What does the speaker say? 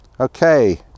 okay